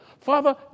Father